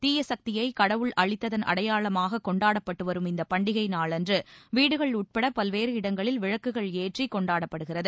தீய சக்தியை கடவுள் அழித்ததன் அடையாளமாக கொண்டாடப்பட்டு வரும் இந்த பண்டிகை நாளன்று வீடுகள் உட்பட பல்வேறு இடங்களில் விளக்குகள் ஏற்றி கொண்டாடப்படுகிறது